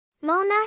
Mona